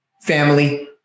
family